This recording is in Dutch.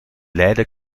leiden